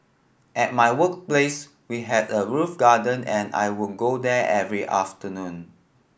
at my workplace we had a roof garden and I would go there every afternoon